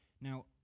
Now